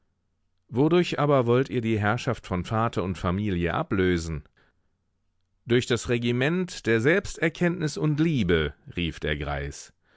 wodurch aber wollt ihr die herrschaft von vater und familie ablösen durch das regiment der selbsterkenntnis und liebe rief der greis